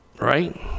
Right